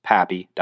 Pappy